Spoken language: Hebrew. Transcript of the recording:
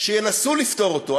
שינסו לפתור אותו.